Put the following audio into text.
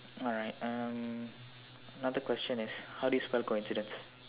alright um another question is how do you spell coincidence